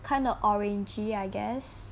kind of orangey I guess